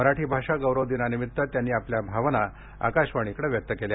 मराठी भाषा गौरव दिनानिमित्त त्यांनी आपल्या भावना आकाशवाणीकडं व्यक्त केल्या